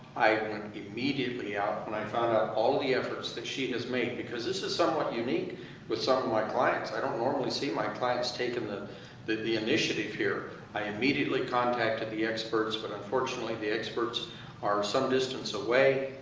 i went immediately out when i found out all of the efforts that she has made. because this is somewhat unique with some of my clients i don't normally see my clients taking the the initiative here. i immediately contacted the experts but unfortunately, the experts are some distance away.